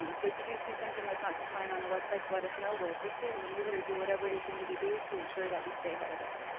um so if you do see something that's not compliant on our websites, let us know, we'll fix it, remove it or do whatever it is we need to do to ensure that we stay ahead of this.